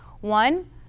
One